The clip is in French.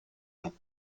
yon